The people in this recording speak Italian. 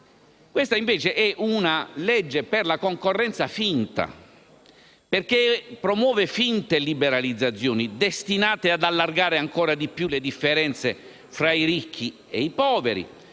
Questa, invece, è una legge per la concorrenza finta, perché promuove finte liberalizzazioni destinate ad allargare ancora di più le differenze tra i ricchi e i poveri,